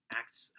acts